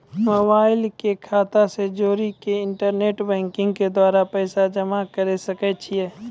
Mobile के खाता से जोड़ी के इंटरनेट बैंकिंग के द्वारा पैसा जमा करे सकय छियै?